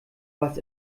was